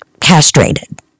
castrated